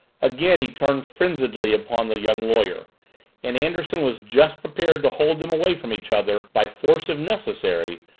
again he turned frenziedly upon the young lawyer and anderson was just preparing to hold them away from each other, by force if necessary,